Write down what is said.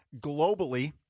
Globally